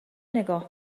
نگاه